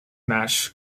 match